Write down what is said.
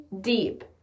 deep